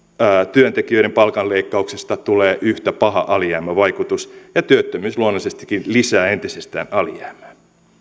työntekijöiden palkanleikkauksista tulee yhtä paha alijäämävaikutus ja työttömyys luonnollisestikin lisää entisestään alijäämää